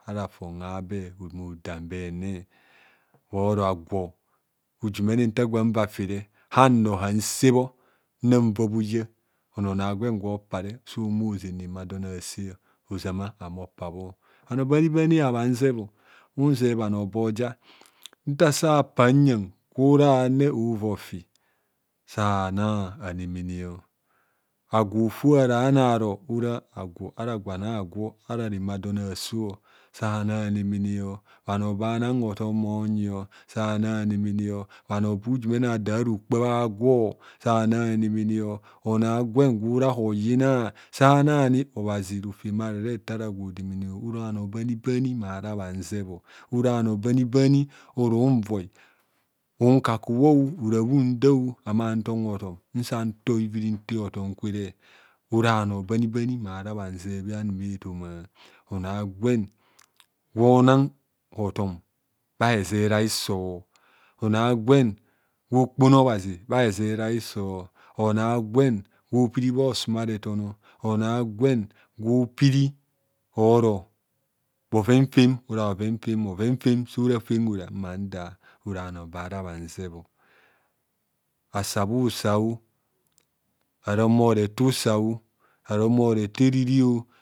. Ara fon abe mmodam be hene bhoro agwo ijumene uta gwo auva fire ano hausa bho nnan va bhoya. onor a 'gwen gwo pare so humo ozen reme a don ase ozama ame opabho bhanor bani bani habhan zebho unze bhanor boja nta sapa uyang ora ane mova ofi sa na ane–mene agwo fo ara na aro ora a'gwo ara gwan agwo ara re me adon aso sana anemeneo bhanor ba bha nong hotom bhonyio sana anemeneo bhano ba ijume ne bhada rokpa bha gwo sana anemene onor a'gwen gwora oyina sani obhazi rofem mara re tar ara agwo hodemene ora bhanor bani bani mara bhan zebho ora bhano bani bani morunvoi nkakubho ora bhudao mman tongho tom nsanto iviri te hotom kwere ora bhano bani bani mara bhanze bhanume etoma. onor a'gwen gwo nan hotom bha hezere a'hiso onor agwen gwo kpona obhazi bha hezere o'hiso onor agwen gwo piri bha osuma re tono onor a'gwen gwo piri oro bhovenfem ora bhoven fem. bhovenfem so ra fem ora mmanda ora bhanobara bhanzebho. bhasa bhusao ara ohumo retor usao ara ohumoretor eririo.